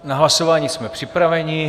Na hlasování jsme připraveni.